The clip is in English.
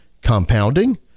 compounding